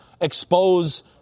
expose –